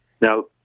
Now